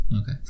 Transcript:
Okay